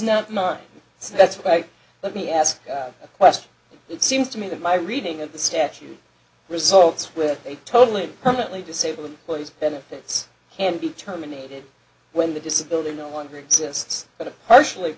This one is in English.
so that's right let me ask a question it seems to me that my reading of the statute results were a totally permanently disable employee's benefits can be terminated when the disability no longer exists but a partially